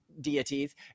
deities